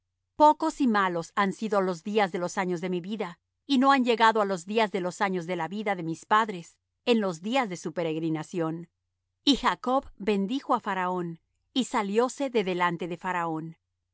pocos y malos han sido los días de los años de mi vida y no han llegado á los días de los años de la vida de mis padres en los días de su peregrinación y jacob bendijo á faraón y salióse de delante de faraón